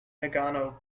nagano